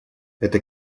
это